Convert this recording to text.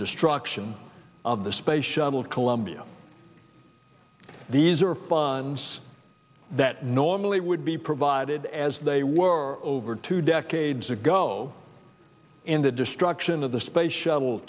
destruction of the space shuttle columbia these are funds that normally would be provided as they were over two decades ago in the destruction of the space shuttle